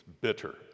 bitter